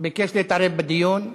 ביקש להתערב בדיון.